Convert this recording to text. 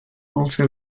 also